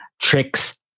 tricks